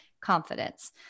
confidence